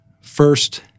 first